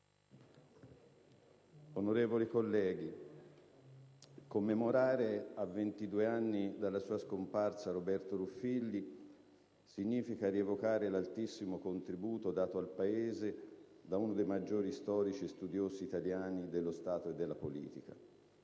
Onorevoli colleghi, commemorare a 22 anni dalla sua scomparsa Roberto Ruffilli significa rievocare l'altissimo contributo dato al Paese da uno dei maggiori storici e studiosi italiani dello Stato e della politica.